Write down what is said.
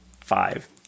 five